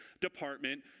department